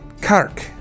Kark